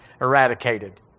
eradicated